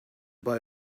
boy